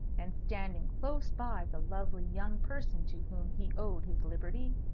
and standing close by the lovely young person to whom he owed his liberty?